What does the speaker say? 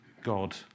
God